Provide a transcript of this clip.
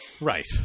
Right